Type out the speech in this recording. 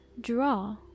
draw